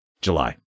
July